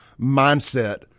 mindset